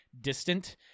distant